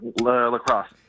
Lacrosse